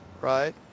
right